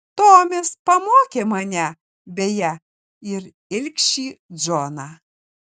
tomis pamokė mane beje ir ilgšį džoną